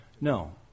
No